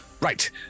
Right